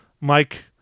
Mike